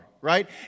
right